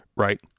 right